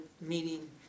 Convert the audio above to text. meeting